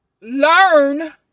learn